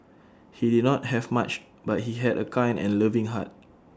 he did not have much but he had A kind and loving heart